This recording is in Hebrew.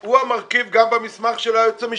הוא המרכיב לפתרון גם במסמך של היועצת המשפטית.